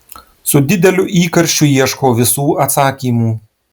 su dideliu įkarščiu ieškau visų atsakymų